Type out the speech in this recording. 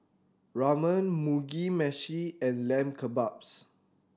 Ramen Mugi Meshi and Lamb Kebabs